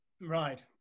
Right